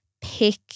pick